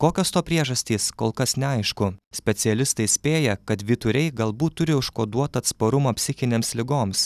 kokios to priežastys kol kas neaišku specialistai spėja kad vyturiai galbūt turi užkoduotą atsparumą psichinėms ligoms